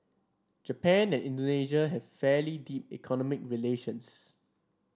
Japan and Indonesia have fairly deep economic relations